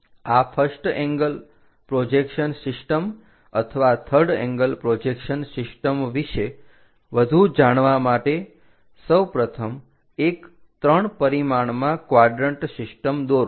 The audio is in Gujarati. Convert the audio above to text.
આ ફર્સ્ટ એંગલ પ્રોજેક્શન સિસ્ટમ અથવા થર્ડ એંગલ પ્રોજેક્શન સિસ્ટમ વિશે વધુ જાણવા માટે સૌપ્રથમ એક 3 પરિમાણમાં ક્વાડરન્ટ સિસ્ટમ દોરો